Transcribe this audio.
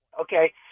Okay